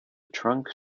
trunk